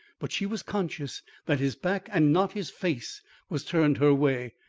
but she was conscious that his back and not his face was turned her way,